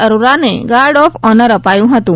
અરોરાને guard of honour અપાયું હતું